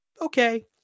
Okay